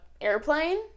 airplane